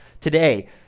today